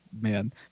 man